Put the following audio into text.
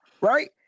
Right